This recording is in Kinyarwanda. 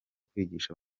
kwigisha